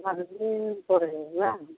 ᱵᱟᱨ ᱫᱤᱱ ᱯᱚᱨᱮ ᱵᱟᱝ